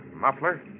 muffler